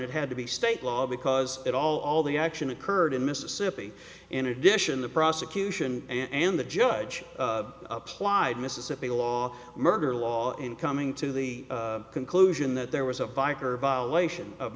it had to be state law because that all the action occurred in mississippi in addition the prosecution and the judge applied mississippi law murder law in coming to the conclusion that there was a biker violation of